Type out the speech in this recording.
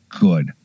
good